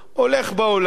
הולך בעולם,